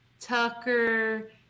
Tucker